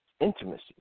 intimacy